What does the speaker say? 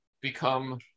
become